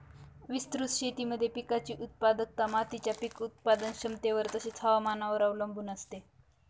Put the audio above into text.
विस्तृत शेतीमध्ये पिकाची उत्पादकता मातीच्या पीक उत्पादन क्षमतेवर तसेच, हवामानावर अवलंबून असते